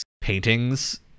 paintings